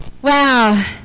Wow